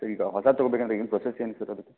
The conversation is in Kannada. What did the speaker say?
ಈಗ ಹೊಸದು ತೊಗೊಬೇಕಂದರೆ ಏನು ಪ್ರೊಸೆಸ್ ಏನು ಸರ್